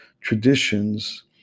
traditions